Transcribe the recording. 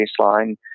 baseline